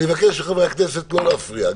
אני מבקש מחברי הכנסת לא להפריע.